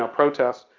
ah protests,